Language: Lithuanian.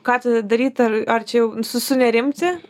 ką tada daryt ar ar čia jau su sunerimti